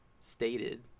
stated